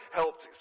helped